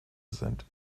sind